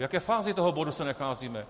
V jaké fázi toho bodu se nacházíme?